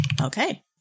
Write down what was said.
Okay